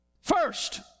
First